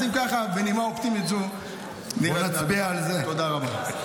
אז אם ככה, בנימה אופטימית זו, תודה רבה.